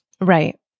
Right